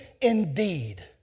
indeed